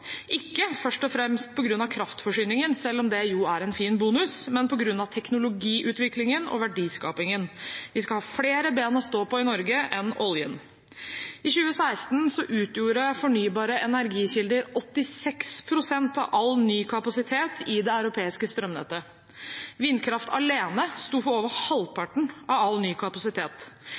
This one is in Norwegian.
ikke først og fremst på grunn av kraftforsyningen, selv om det er en fin bonus, men på grunn av teknologiutviklingen og verdiskapingen. Vi skal ha flere ben å stå på i Norge enn oljen. I 2016 utgjorde fornybare energikilder 86 pst. av all ny kapasitet i det europeiske strømnettet. Vindkraft alene sto for over halvparten av all ny kapasitet.